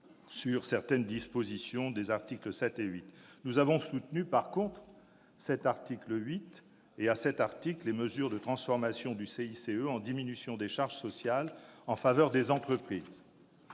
sur certaines dispositions des articles 7 et 8. Nous avons soutenu l'article 8 et, à cet article, les mesures de transformation du CICE en diminution des charges sociales en faveur des entreprises.